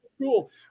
Cool